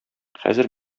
хәзер